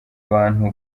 abantu